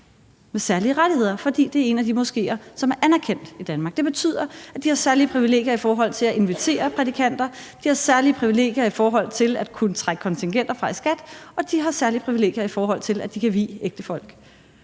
med særlige rettigheder, for det er en af de moskéer, som er anerkendt i Danmark. Det betyder, at de har særlige privilegier i forhold til at invitere prædikanter, de har særlige privilegier i forhold til at kunne trække kontingenter fra i skat, og de har særlige privilegier, i forhold til at de kan vie ægtefolk.